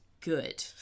good